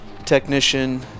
technician